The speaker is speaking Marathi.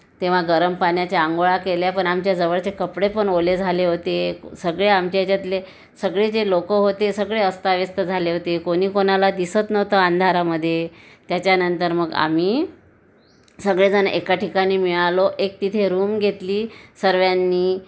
तेव्हा गरम पाण्याच्या आंघोळ्या केल्या पण आमच्या जवळचे कपडे पण ओले झाले होते सगळे आमच्या ह्याच्यातले सगळे जे लोक होते सगळे अस्ताव्यस्त झाले होते कोणी कोणाला दिसत नव्हतं अंधारामधे त्याच्यानंतर मग आम्ही सगळेजण एका ठिकाणी मिळालो एक तिथे रूम घेतली सर्वांनी